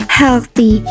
healthy